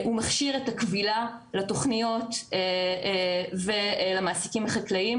הוא מכשיר את הכבילה לתוכניות ולמעסיקים החקלאיים